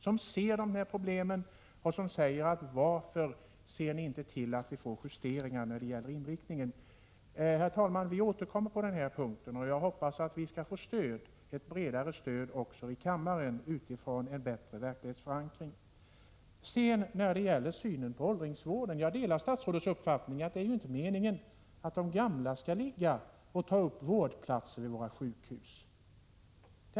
De ser dessa problem och säger: Varför sörjer ni inte för att vi får justeringar i inriktningen? Herr talman! Vi återkommer till den här punkten, och jag hoppas att vi skall få ett bredare stöd även i kammaren utifrån en bättre verklighetsförankring. I synen på åldringsvården delar jag statsrådets uppfattning att det inte är meningen att de gamla skall ligga och ta upp vårdplatser på våra sjukhus.